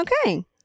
okay